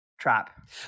trap